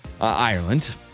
Ireland